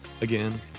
again